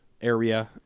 area